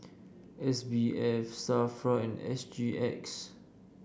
S B F Safra and S G X